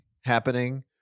happening